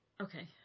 okay